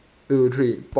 two three pop